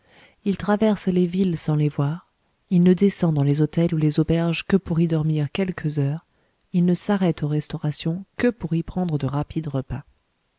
il traverse les villes sans les voir il ne descend dans les hôtels ou les auberges que pour y dormir quelques heures il ne s'arrête aux restaurations que pour y prendre de rapides repas